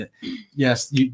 yes